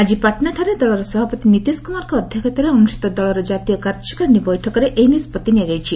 ଆଜି ପାଟନାଠାରେ ଦଳର ସଭାପତି ନୀତିଶ କୁମାରଙ୍କ ଅଧ୍ୟକ୍ଷତାରେ ଅନୁଷ୍ଠିତ ଦଳର ଜାତୀୟ କାର୍ଯ୍ୟକାରିଣୀ ବୈଠକରେ ଏହି ନିଷ୍କଭି ନିଆଯାଇଛି